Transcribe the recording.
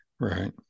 Right